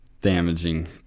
damaging